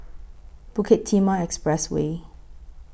Bukit Timah Expressway